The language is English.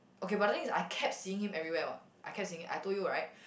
okay but the thing I kept seeing him everywhere what I kept seeing I told you right